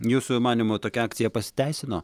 jūsų manymu tokia akcija pasiteisino